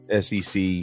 SEC